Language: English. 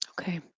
Okay